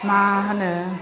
मा होनो